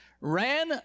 ran